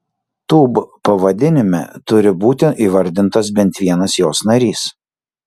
tūb pavadinime turi būti įvardintas bent vienas jos narys